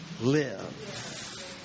live